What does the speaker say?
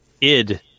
id